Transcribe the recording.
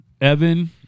Evan